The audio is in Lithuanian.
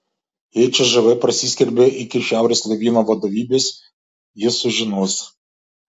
jei cžv prasiskverbė iki šiaurės laivyno vadovybės jis sužinos